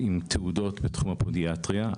עם תעודות בתחום הפודיאטריה.